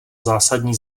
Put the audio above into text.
zásadní